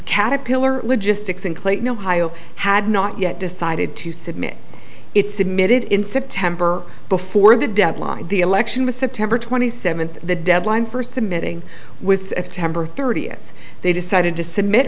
caterpillar logistics in clayton ohio had not yet decided to submit its submitted in september before the deadline the election was september twenty seventh the deadline for submitting with a temper thirtieth they decided to submit